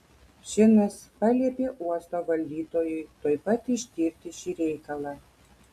šinas paliepė uosto valdytojui tuoj pat ištirti šį reikalą